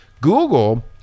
Google